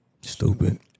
Stupid